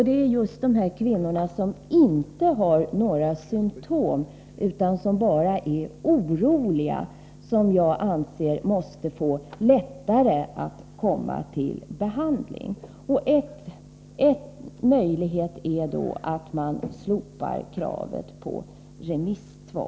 Men just de kvinnor som inte har några symtom utan som bara är oroliga anser jag måste få det lättare att komma till behandling. En möjlighet är då att man slopar kravet på remiss.